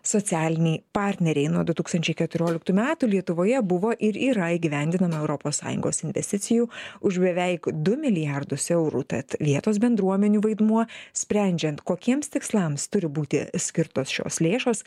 socialiniai partneriai nuo du tūkstančiai keturioliktų metų lietuvoje buvo ir yra įgyvendinama europos sąjungos investicijų už beveik du milijardus eurų tad vietos bendruomenių vaidmuo sprendžiant kokiems tikslams turi būti skirtos šios lėšos